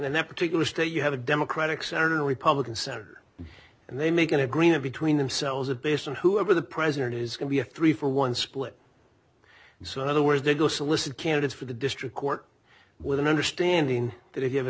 in that particular state you have a democratic senator republican senator and they make an agreement between themselves of bass and whoever the president is going to be a three for one split so in other words they go solicit candidates for the district court with an understanding that if you have a